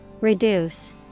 Reduce